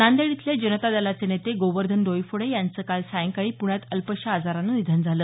नांदेड इथले जनता दलाचे नेते गोवर्धन डोईफोडे यांचं काल सायंकाळी पृण्यात अल्पशा आजारानं निधन झालं